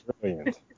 brilliant